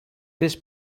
this